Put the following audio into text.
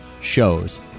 shows